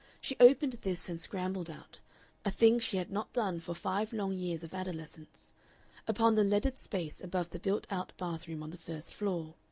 she opened this and scrambled out a thing she had not done for five long years of adolescence upon the leaded space above the built-out bath-room on the first floor.